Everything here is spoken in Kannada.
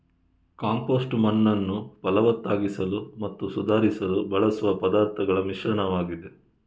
ಕಾಂಪೋಸ್ಟ್ ಮಣ್ಣನ್ನು ಫಲವತ್ತಾಗಿಸಲು ಮತ್ತು ಸುಧಾರಿಸಲು ಬಳಸುವ ಪದಾರ್ಥಗಳ ಮಿಶ್ರಣವಾಗಿದೆ